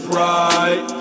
right